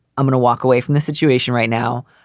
i'm gonna walk away from the situation right now.